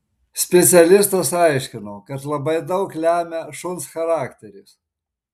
specialistas aiškino kad labai daug lemia šuns charakteris